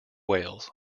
wales